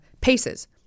paces